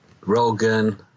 Rogan